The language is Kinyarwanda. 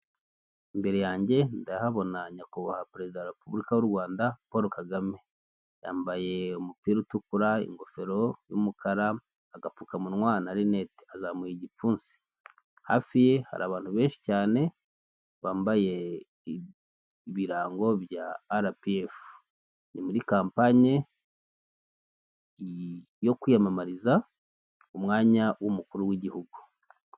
Imbere yanjye ndahabona nyakubahwa perezida wa repubulika y'u Rwanda Paul Kagame, yambaye umupira utukura, ingofero y'umukara, agapfukamunwa na rinete azamuye igipfunsi. Hafi ye hari abantu benshi cyane bambaye ibirango bya arapiyedu, ni muri kampanye yo kwiyamamariza umwanya w'umukuru w'igihugu.